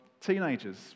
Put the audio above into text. teenagers